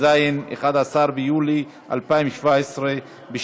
הצעת החוק התקבלה בקריאה ראשונה ותוחזר לוועדת